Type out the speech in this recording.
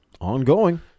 Ongoing